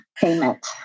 payment